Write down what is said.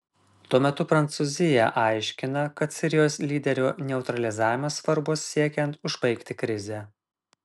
tuo metu prancūzija aiškina kad sirijos lyderio neutralizavimas svarbus siekiant užbaigti krizę